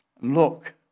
look